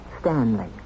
Stanley